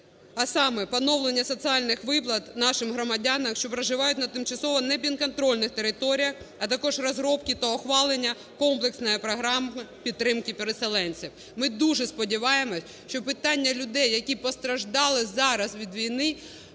а саме: поновлення соціальних виплат нашим громадянам, що проживають на тимчасово непідконтрольних територіях, а також розробки та ухвалення комплексної програми підтримки переселенців. Ми дуже сподіваємось, що питання людей, які постраждали зараз від війни,